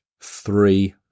three